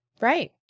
Right